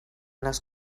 les